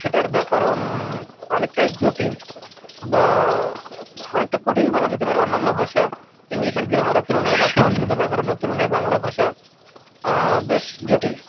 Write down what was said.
সেটার ব্যাকরণ অনেকটাই জটিল বা অনেকটা কঠিন বলা যেতে পারে অন্যান্য ভাষা ইংলিশের গ্রামারের তুলনায় বা সংস্কৃত ব্যাকরণের তুলনায় বাংলা ভাষা বেশ জটিল